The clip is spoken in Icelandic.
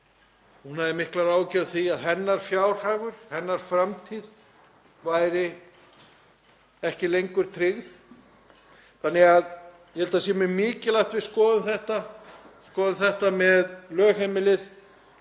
Hún hafði miklar áhyggjur af því að hennar fjárhagur, hennar framtíð væri ekki lengur tryggð. Þannig að ég held að það sé mjög mikilvægt að við skoðum þetta með lögheimilið.